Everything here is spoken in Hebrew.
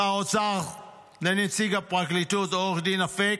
שר האוצר לנציג הפרקליטות, עו"ד אפק: